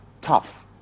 tough